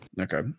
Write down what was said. Okay